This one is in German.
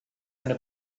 eine